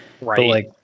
Right